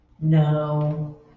No